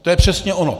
To je přesně ono.